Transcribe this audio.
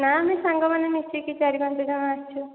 ନା ଆମେ ସାଙ୍ଗମାନେ ମିଶିକି ଚାରି ପାଞ୍ଚଜଣ ଆସିଛୁ